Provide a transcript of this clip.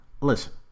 Listen